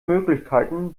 möglichkeiten